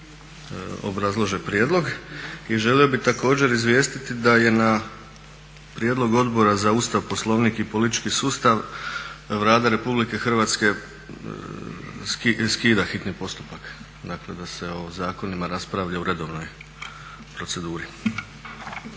obrazlože prijedlog. I želio bih također izvijestiti da je na prijedlog Odbora za Ustav, Poslovnik i politički sustav Vlada RH skida hitni postupak, dakle da se o zakonima raspravlja u redovnoj proceduri.